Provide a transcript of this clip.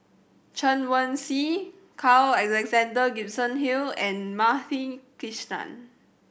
Chen Wen Si Carl Alexander Gibson Hill and Madhavi Krishnan